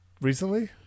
Recently